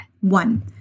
One